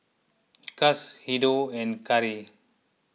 Guss Hideo and Carry